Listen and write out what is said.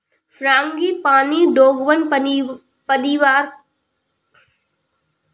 frangipani dogbane परिवार का झाड़ी नुमा पौधा है